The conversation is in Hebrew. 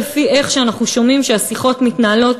לפי מה שאנחנו שומעים על איך שהשיחות מתנהלות,